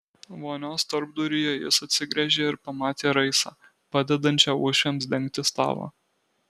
vonios tarpduryje jis atsigręžė ir pamatė raisą padedančią uošviams dengti stalą